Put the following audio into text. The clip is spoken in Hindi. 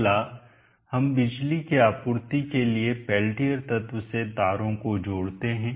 अगला हम बिजली की आपूर्ति के लिए पेल्टियर तत्व से तारों जोड़ते हैं